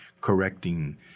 correcting